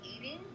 eating